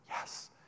yes